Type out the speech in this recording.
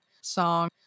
song